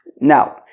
now